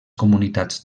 comunitats